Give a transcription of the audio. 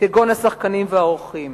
כגון השחקנים והעורכים.